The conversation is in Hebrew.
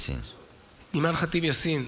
אימאן ח'טיב יאסין,